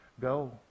go